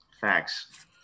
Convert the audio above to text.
Facts